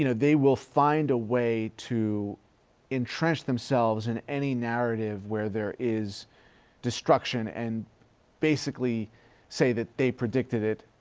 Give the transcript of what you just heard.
you know they will find a way to entrench themselves in any narrative where there is destruction and basically say that they predicted it,